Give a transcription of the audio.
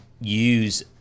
use